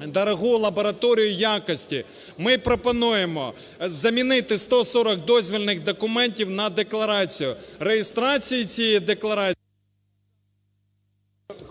дорогу лабораторію якості. Ми пропонуємо замінити 140 дозвільних документів на декларацію. Реєстрацію цієї декларації…